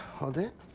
hold it.